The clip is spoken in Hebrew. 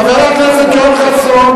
חבר הכנסת יואל חסון.